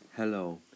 Hello